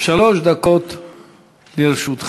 שלוש דקות לרשותך.